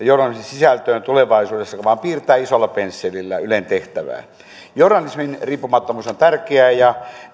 journalismin sisältöön tulevaisuudessa vaan piirtää isolla pensselillä ylen tehtävää journalismin riippumattomuus on tärkeää ja